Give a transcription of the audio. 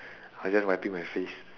I just wiping my face